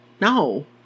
No